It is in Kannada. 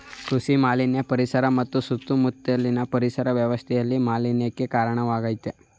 ಕೃಷಿ ಮಾಲಿನ್ಯ ಪರಿಸರ ಮತ್ತು ಸುತ್ತ ಮುತ್ಲಿನ ಪರಿಸರ ವ್ಯವಸ್ಥೆ ಮಾಲಿನ್ಯಕ್ಕೆ ಕಾರ್ಣವಾಗಾಯ್ತೆ